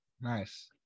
nice